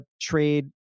trade